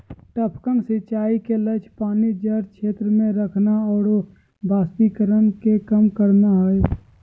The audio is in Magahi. टपकन सिंचाई के लक्ष्य पानी जड़ क्षेत्र में रखना आरो वाष्पीकरण के कम करना हइ